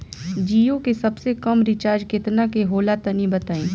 जीओ के सबसे कम रिचार्ज केतना के होला तनि बताई?